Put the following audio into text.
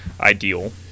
ideal